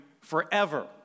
forever